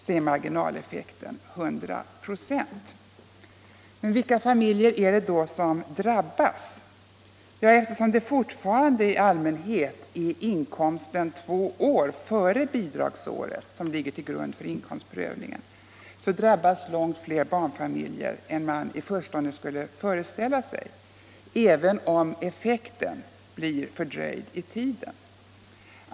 blir marginaleffekten 100 96. Vilka barnfamiljer är det då som drabbas? Ja, eftersom det fortfarande i allmänhet är inkomsten två år före bidragsåret som ligger till grund för inkomstprövningen drabbas långt fler barnfamiljer än man i förstone kanske föreställer sig, även om effekten blir fördröjd i tiden.